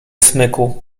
smyku